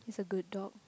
it's a good dog